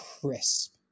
crisp